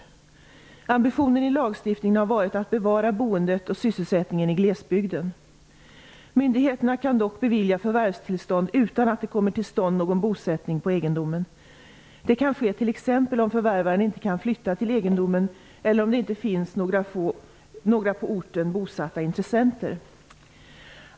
Ambitionen i lagstiftningen har varit att bevara boendet och sysselsättningen i glesbygden. Myndigheterna kan dock bevilja förvärvstillstånd utan att det kommer till stånd någon bosättning på egendomen. Det kan ske t.ex. om förvärvaren inte kan flytta till egendomen eller om det inte finns några på orten bosatta intressenter.